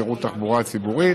פגיעה בשירות התחבורה הציבורית.